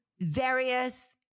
various